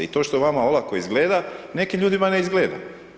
I to što vama olako izgleda, nekim ljudima ne izgleda.